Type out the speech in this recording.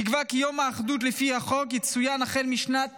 נקבע כי יום האחדות לפי החוק יצוין החל משנת